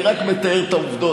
אני רק מתאר את העובדות.